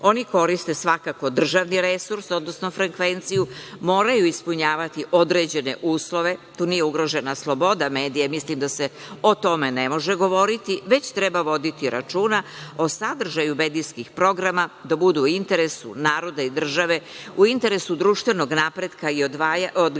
koriste svakako državni resurs, odnosno frekvenciju. Moraju ispunjavati određene uslove. Tu nije ugrožena sloboda medija i mislim da se o tome ne može govoriti, već treba voditi računa o sadržaju medijskih programa da budu u interesu naroda i države, u interesu društvenog napretka i odgajanja